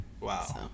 wow